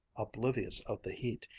oblivious of the heat,